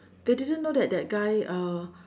they didn't know that that guy uh